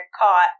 caught